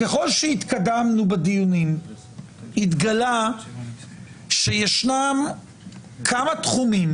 ככל שהתקדמנו בדיונים התגלה שישנם כמה תחומים